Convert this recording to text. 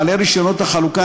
בעלי רישיונות החלוקה,